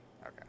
Okay